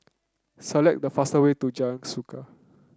select the fastest way to Jalan Suka